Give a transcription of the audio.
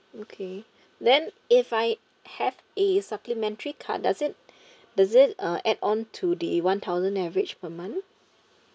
okay then if I have a supplementary card does it does it uh add on to the one thousand average per month